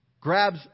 grabs